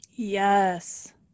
Yes